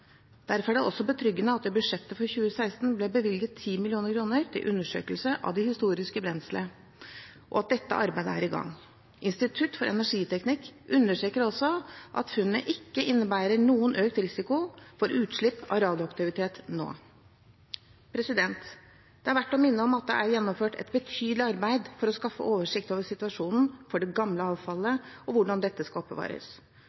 Derfor er det også betryggende at det i budsjettet for 2016 ble bevilget 10 mill. kr til undersøkelse av det historiske brenselet, og at dette arbeidet er i gang. Institutt for energiteknikk understreker også at funnene ikke innebærer noen økt risiko for utslipp av radioaktivitet nå. Det er verdt å minne om at det er gjennomført et betydelig arbeid for å skaffe oversikt over situasjonen for det gamle avfallet